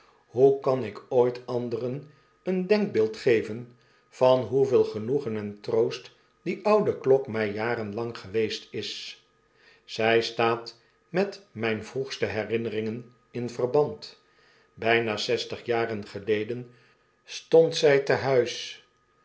hoe kan i ooit anderen een denkbeeld geven van hoeveel genoegen en troost die oude klok mij jarenlang geweest is zy staat met mgne vroegste herinneringen in verband bjjnazestigjaren geleden stond zjj te huis